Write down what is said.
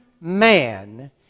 man